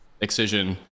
excision